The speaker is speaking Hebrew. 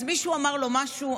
אז מישהו אמר לו משהו.